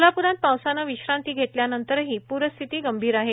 कोल्हापुरात पावसानं विश्रांती घेतल्यानंतरही पूरस्थिती गंभीर आहे